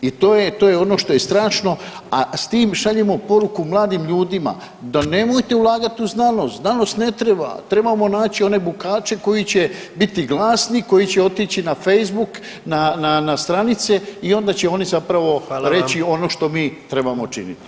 I to je, to je ono što je strašno, a s tim šaljemo poruku mladim ljudima da nemojte ulagati u znanost, znanost ne treba, trebamo naći one bukače koji će biti glasni koji će otići na Facebook na stranice i onda će oni zapravo reći [[Upadica: Hvala vam.]] ono što mi trebamo činiti.